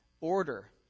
order